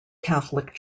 catholic